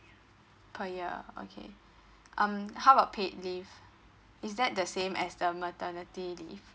per year okay um how about paid leave is that the same as the maternity leave